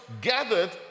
gathered